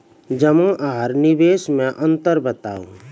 जमा आर निवेश मे अन्तर बताऊ?